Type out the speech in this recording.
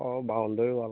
অঁ boundary wall